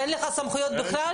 אין לך סמכויות בכלל?